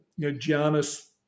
Giannis